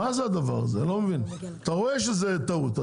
אתה רואה שזה טעות,